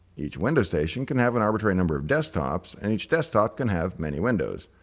each window station can have an arbitrary number of desktops, and each desktop can have many windows.